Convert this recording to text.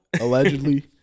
allegedly